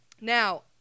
Now